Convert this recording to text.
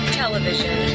television